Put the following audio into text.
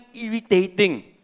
irritating